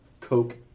Coke